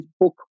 book